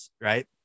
right